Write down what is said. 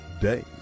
day